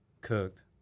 cooked